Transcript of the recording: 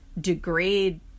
degrade